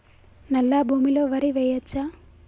నల్లా భూమి లో వరి వేయచ్చా?